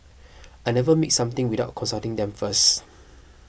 I never make something without consulting them first